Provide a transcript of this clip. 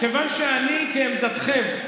כיוון שאני, כעמדתכם,